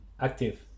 active